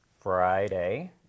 Friday